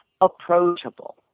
approachable